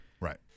right